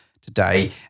today